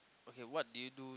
okay what did you do